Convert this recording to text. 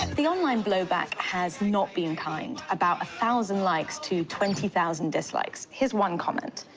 the online blowback has not been kind. about a thousand likes to twenty thousand dislikes. here's one comment.